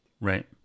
Right